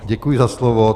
Děkuji za slovo.